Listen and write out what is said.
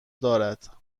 دارد